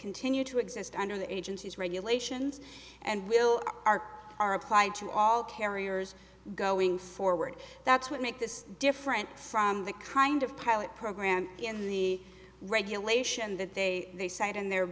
continue to exist under the agency's regulations and will are are applied to all carriers going forward that's what makes this different from the kind of pilot program in the regulation that they they cite in their